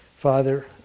Father